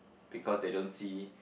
because they don't see